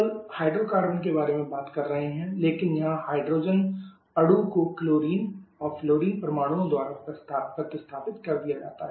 हम केवल हाइड्रोकार्बन के बारे में बात कर रहे हैं लेकिन वहां हाइड्रोजन अणु को क्लोरीन और फ्लोरीन परमाणुओं द्वारा प्रतिस्थापित किया गया है